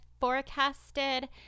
forecasted